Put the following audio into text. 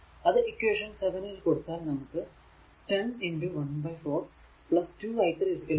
അത് ഇക്വേഷൻ 7 ൽ കൊടുത്താൽ നമുക്ക് 10 1 4 2 i3 5